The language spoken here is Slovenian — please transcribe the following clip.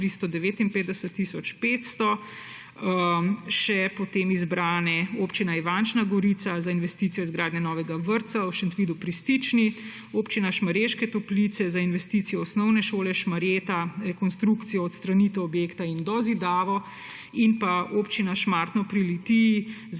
359 tisoč 500 izbrane še Občina Ivančna Gorica za investicijo izgradnje novega vrtca v Šentvidu pri Stični, Občina Šmarješke Toplice za investicijo v Osnovno šolo Šmarjeta, konstrukcijo, odstranitev objekta in dozidavo, in občina Šmartno pri Litiji za